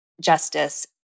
justice